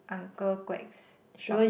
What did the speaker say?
Uncle Quek's shop